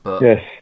Yes